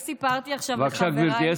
גברתי.